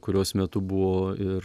kurios metu buvo ir